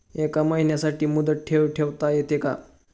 एका महिन्यासाठी मुदत ठेव ठेवता येते का?